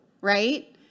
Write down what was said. right